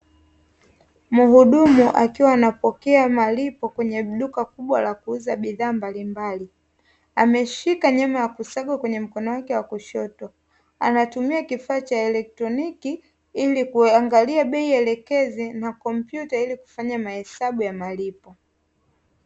Mhudumu akiwa anapokea malipo kwenye duka kubwa la kuuza bidhaa mbalimbali. Ameshika nyama ya kusaga kwenye mkono wake wa kushoto, anatumia kifaa cha kielektroniki ili kuangalia bei elekezi na kompyuta ili kufanya mahesabu ya malipo.